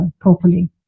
properly